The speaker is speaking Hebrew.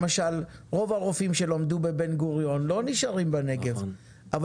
רוב הרופאים שלמדו בבן-גוריון לא נשארים בנגב אבל